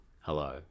hello